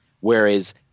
Whereas